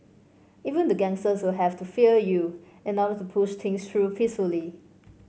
even the gangsters will have to fear you in order to push things through peacefully